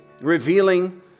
revealing